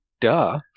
Duh